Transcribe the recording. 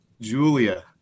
Julia